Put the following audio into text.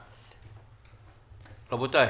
רבותיי,